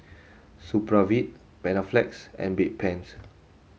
Supravit Panaflex and Bedpans